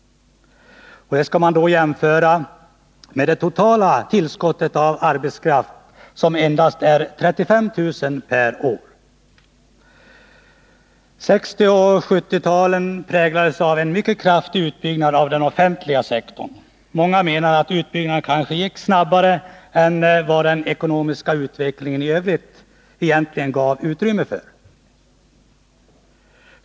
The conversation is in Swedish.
Detta skall då jämföras med det totala tillskottet av arvetskraft, som är endast 35 000 per år. 1960 och 1970-talen präglades av en mycket kraftig utbyggnad av den offentliga sektorn. Många menar att utbyggnaden kanske gick snabbare än vad den ekonomiska utvecklingen i övrigt egentligen gav utrymme för.